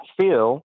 feel